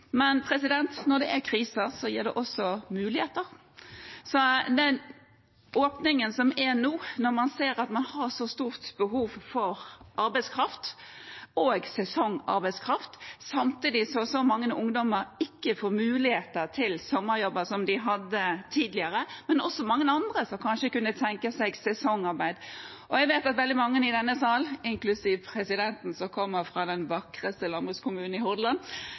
Men når det er krise, gir det også muligheter – den åpningen man ser nå. Man ser at man har stort behov for arbeidskraft og sesongarbeidskraft, samtidig som mange ungdommer ikke får mulighet til sommerjobber på samme måte som de hadde tidligere, og det er også mange andre som kanskje kunne tenke seg sesongarbeid. Jeg vet at veldig mange i denne salen – inklusiv presidenten, som kommer fra den vakreste landbrukskommunen i Hordaland